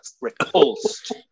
Repulsed